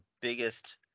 biggest